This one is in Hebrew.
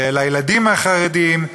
לילדים החרדים.